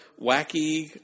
wacky